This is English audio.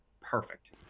perfect